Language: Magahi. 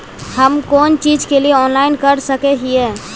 हम कोन चीज के लिए ऑनलाइन कर सके हिये?